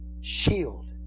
shield